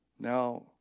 Now